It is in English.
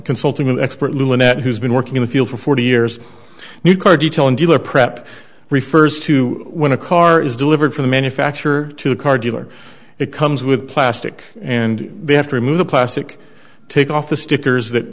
consulting an expert lynette who's been working in the field for forty years new car detail and dealer prep refers to when a car is delivered from the manufacturer to a car dealer it comes with plastic and they have to remove the plastic take off the stickers that